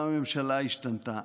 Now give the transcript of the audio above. גם הממשלה השתנתה.